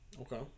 Okay